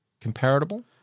comparable